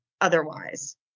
otherwise